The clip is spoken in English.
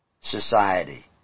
society